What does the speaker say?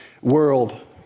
world